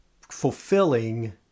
fulfilling